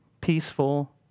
peaceful